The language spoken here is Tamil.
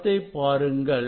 படத்தை பாருங்கள்